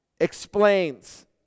explains